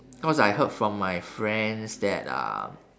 cause I heard from my friends that uh